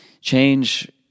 change